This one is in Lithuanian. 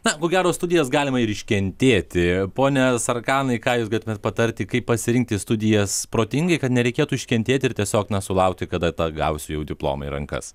na ko gero studijas galima ir iškentėti pone sarkanai ką jūs galėtumėt patarti kaip pasirinkti studijas protingai kad nereikėtų iškentėti ir tiesiog na sulaukti kada tą gausiu diplomą į rankas